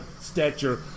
stature